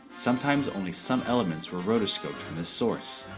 sometimes only some elements were rotoscoped this source,